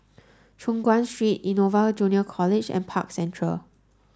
Choon Guan Street Innova Junior College and Park Central